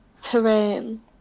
Terrain